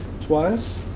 twice